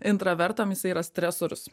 intravertam jis yra stresorius